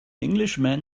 englishman